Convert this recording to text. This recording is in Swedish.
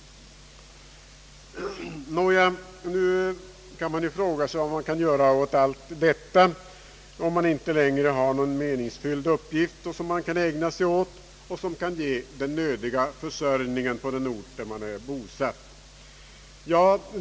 Nu kan man fråga sig vad man kan göra åt allt detta, om man inte längre har någon meningsfylld uppgift att ägna sig åt som kan ge den nödvändiga försörjningen på den ort där man är bosatt.